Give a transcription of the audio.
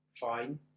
fine